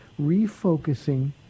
refocusing